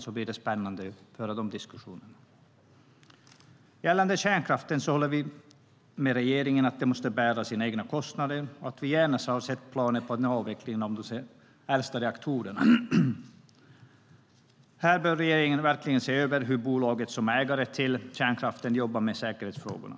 Det ska bli spännande att föra de diskussionerna. Gällande kärnkraften håller vi med regeringen om att den måste bära sina egna kostnader, och vi hade gärna sett planer på avveckling av de äldsta reaktorerna. Här bör regeringen verkligen se över hur bolaget som är ägare till kärnkraften jobbar med säkerhetsfrågorna.